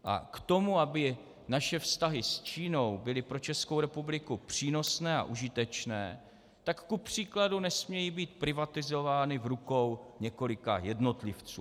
K tomu, aby naše vztahy s Čínou byly pro Českou republiku přínosné a užitečné, tak kupříkladu nesmějí být privatizovány v rukou několika jednotlivců.